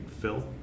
fill